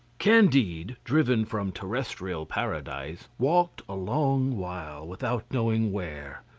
candide, driven from terrestrial paradise, walked a long while without knowing where,